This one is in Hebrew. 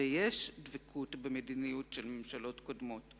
ויש דבקות במדיניות של ממשלות קודמות,